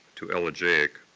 to elegiac.